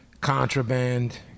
contraband